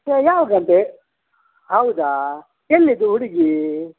ಏಯ್ ಯಾವಾಗಂತೆ ಹೌದಾ ಎಲ್ಲಿಯದು ಹುಡ್ಗಿ